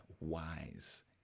wise